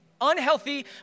unhealthy